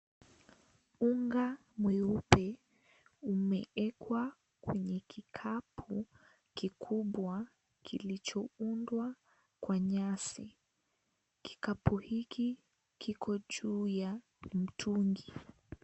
Unga mweupe umeekwa kwenye kikapu kikubwa kilichoundwa Kwa nyasi, kikapu hiki kiko juu ya mtungi.